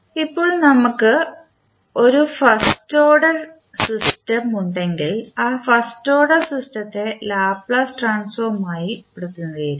ഇപ്പോൾ നമ്മൾക്ക് ഒരു ഫസ്റ്റ് ഓർഡർ സിസ്റ്റം ഉണ്ടെങ്കിൽ ആ ഫസ്റ്റ് ഓർഡർ സിസ്റ്റത്തെ ലാപ്ലേസ് ട്രാൻസ്ഫോം ആയി പ്രതിനിധീകരിക്കാം